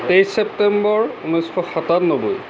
তেইশ ছেপ্টেম্বৰ ঊনৈছশ সাতান্নব্বৈ